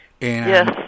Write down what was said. Yes